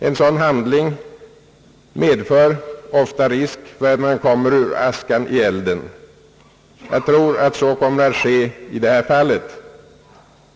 En sådan handling medför ofta risk för att man kommer ur askan i elden. Jag tror att så kommer att ske i det här fallet.